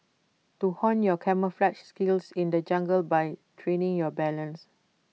to hone your camouflaged skills in the jungle by training your balance